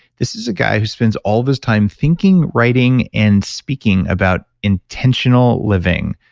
this is a guy who spends all this time thinking writing, and speaking about intentional living.